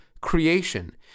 creation